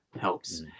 helps